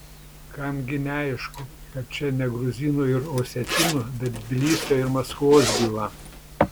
kam gi neaišku kad čia ne gruzinų ir osetinų bet tbilisio ir maskvos byla